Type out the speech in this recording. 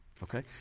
okay